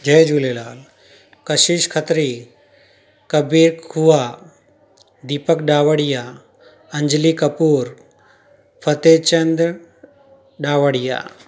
Jay Jhulelal Kashish Khatri Kabir Khua Deepak Dawadiya Anjali Kapoor Fatehchand Dawadiya